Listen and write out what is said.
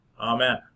Amen